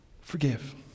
forgive